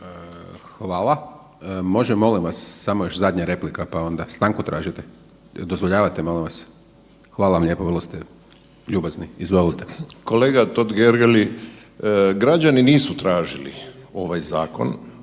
Hvala. Može, molim vas samo još zadnja replika, pa onda stanku tražite? Jel dozvoljavate molim vas? Hvala vam lijepo, vrlo ste ljubazni. Izvolite. **Hrelja, Silvano (HSU)** Kolega Totgergeli, građani nisu tražili ovaj zakon,